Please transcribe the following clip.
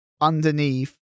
underneath